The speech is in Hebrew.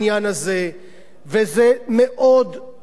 וזה היה מאוד לא פשוט,